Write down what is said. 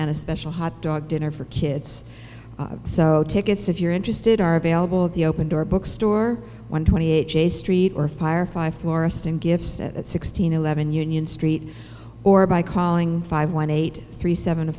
and a special hot dog dinner for kids so tickets if you're interested are available the open door bookstore one twenty eight j street or firefly florestan gifts at sixteen eleven union street or by calling five one eight three seven